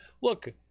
look